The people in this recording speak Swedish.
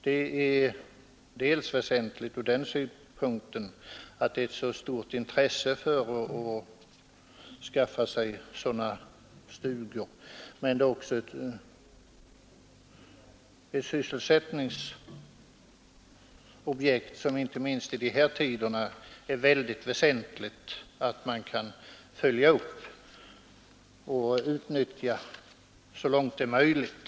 Det är viktigt dels därför att det finns ett så stort intresse att skaffa sig sådana stugor, dels och inte minst därför att det är mycket väsentligt att vi så långt som möjligt utnyttjar alla sysselsättningsobjekt.